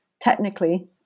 technically